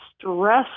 Stress